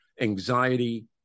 anxiety